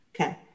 Okay